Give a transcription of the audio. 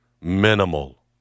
minimal